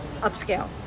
upscale